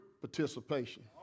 participation